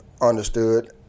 understood